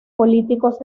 políticos